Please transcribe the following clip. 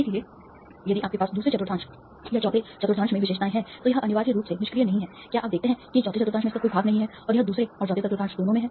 इसलिए यदि आपके पास दूसरे चतुर्थांश या चौथे चतुर्थांश में विशेषताएँ हैं तो यह अनिवार्य रूप से निष्क्रिय नहीं है क्या आप देखते हैं कि चौथे चतुर्थांश में इसका कोई भाग नहीं है और यह दूसरे और चौथे चतुर्थांश दोनों में है